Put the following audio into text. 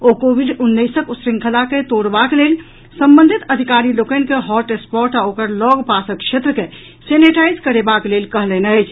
ओ covid उन्नैसक श्रृंखला के तोड़बाक लेल संबंधित अधिकारी लोकनि के हॉटस्पॉट आ ओकर लऽग पासक क्षेत्र के सेनेटाईज करेबाक लेल कहलनि अछि